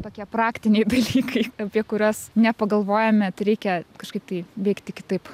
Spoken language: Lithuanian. tokie praktiniai dalykai apie kuriuos nepagalvojame tai reikia kažkaip tai veikti kitaip